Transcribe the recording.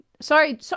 sorry